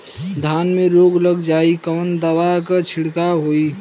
धान में रोग लग जाईत कवन दवा क छिड़काव होई?